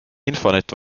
infonet